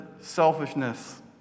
selfishness